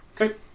Okay